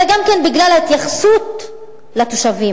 אלא גם בגלל ההתייחסות לתושבים,